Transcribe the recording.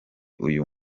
uyu